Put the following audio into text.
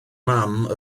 mam